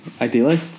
ideally